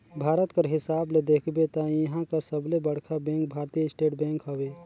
भारत कर हिसाब ले देखबे ता इहां कर सबले बड़खा बेंक भारतीय स्टेट बेंक हवे